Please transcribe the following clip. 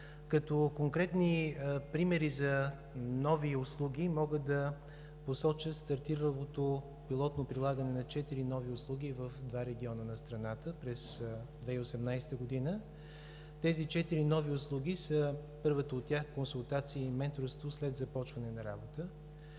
Конкретни примери за нови услуги мога да посоча стартиралото пилотно прилагане на четири нови услуги в два региона на страната през 2018 г. Първата от тях е консултация и менторство след започване на работа.